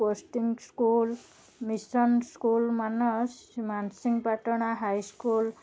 କୋଷଟିଙ୍ଗ school mission school ମାନସ Mansinghpatna high school